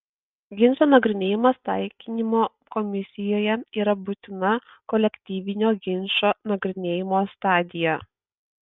ginčo nagrinėjimas taikinimo komisijoje yra būtina kolektyvinio ginčo nagrinėjimo stadija